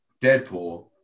Deadpool